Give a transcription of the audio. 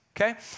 Okay